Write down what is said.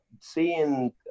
seeing